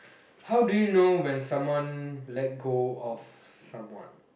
how do you know when someone let go of someone